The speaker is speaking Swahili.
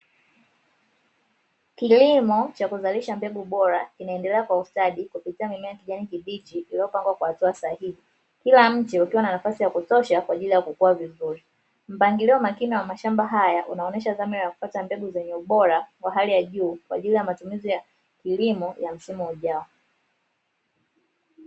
Kilimo cha kuzalisha mbegu bora kinaendelea kwa ustadi kupitia mimea ya kijani kibichi iliyopangwa kwa hatua sahihi. Kila mche ukiwa na nafasi ya kutosha kwaajili ya kukua vizuri. Mpangilio makini wa mashamba haya unaonesha dhamira ya kupata mbegu zenye ubora wa hali ya juu kwaajili ya matumizi ya kilimo ya msimu ujao.